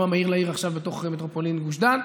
המהיר לעיר עכשיו בתוך מטרופולין גוש דן.